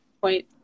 point